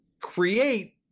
create